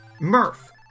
Murph